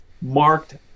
marked